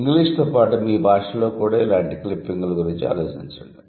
ఇంగ్లీషుతో పాటు మీ భాషలో కూడా ఉన్న ఇలాంటి క్లిప్పింగ్ల గురించి ఆలోచించండి